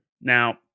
Now